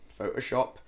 Photoshop